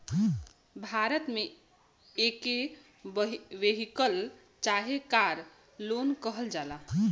भारत मे एके वेहिकल चाहे कार लोन कहल जाला